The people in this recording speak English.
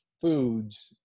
foods